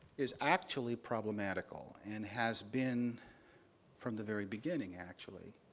is actually problematical, and has been from the very beginning, actually,